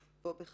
אז פה בכלל.